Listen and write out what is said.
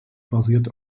basiert